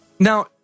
Now